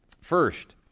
first